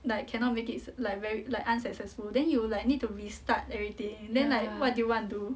like cannot make it's like very like unsuccessful then you will like you need to restart everything then like what do you want do